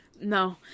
No